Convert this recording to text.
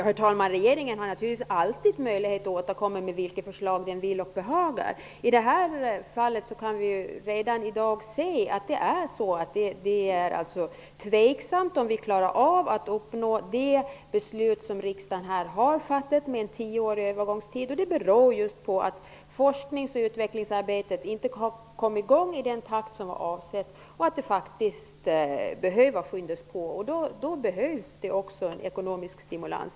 Herr talman! Regeringen har alltid möjlighet att återkomma med vilka förslag den vill och behagar. I det här fallet kan vi redan i dag se att det är tveksamt om vi klarar av att uppnå det resultat som riksdagen har beslutat om med en tioårig övergångstid. Det beror just på att forsknings och utvecklingsarbetet inte har kommit i gång i den takt som var avsedd. Det behöver faktiskt skyndas på. Då behövs det också en ekonomisk stimulans.